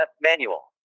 Manual